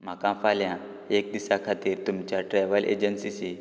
म्हाका फाल्यां एक दिसा खातीर तुमच्या ट्रॅव्हल एजन्सीची